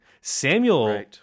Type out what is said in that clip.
samuel